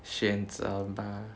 选择 bah